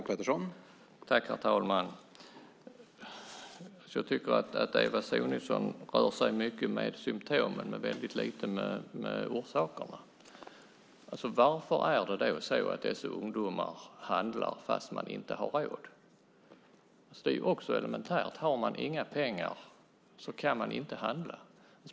Herr talman! Eva Sonidsson rör sig mycket med symtomen men lite med orsakerna. Varför handlar dessa ungdomar fast de inte har råd? Det är elementärt: Har man inga pengar kan man inte handla.